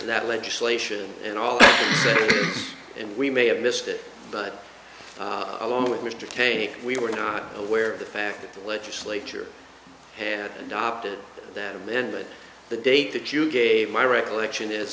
that legislation and all that and we may have missed it but along with mr kay we were not aware of the fact that the legislature had opted that amended the date that you gave my recollection is